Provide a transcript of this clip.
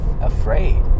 afraid